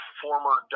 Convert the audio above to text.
former